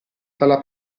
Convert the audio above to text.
dalla